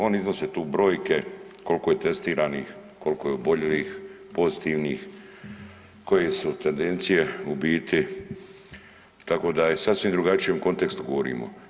Oni iznose tu brojke koliko je testiranih, koliko je oboljelih, pozitivnih, koje su tendencije u biti, tako da o sasvim drugačijem kontekstu govorimo.